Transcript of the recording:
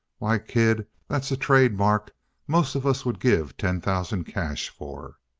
why, kid, that's a trademark most of us would give ten thousand cash for!